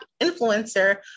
influencer